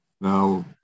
Now